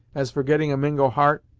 as for getting a mingo heart,